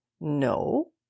No